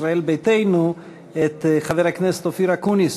ישראל ביתנו את חבר הכנסת אופיר אקוניס,